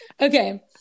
Okay